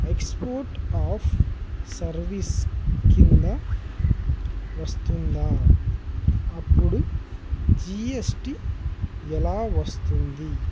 export of service కింద వస్తుందా అప్పుడు జీఎస్టీ ఎలా వస్తుంది